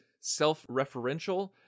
self-referential